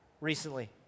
recently